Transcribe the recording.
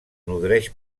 nodreix